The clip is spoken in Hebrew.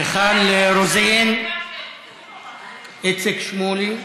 מיכל רוזין, איציק שמולי.